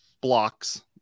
blocks